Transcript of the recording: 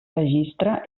registre